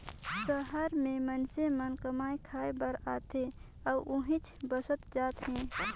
सहर में मईनसे मन कमाए खाये बर आथे अउ उहींच बसत जात हें